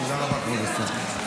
תודה רבה, כבוד השר.